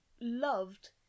loved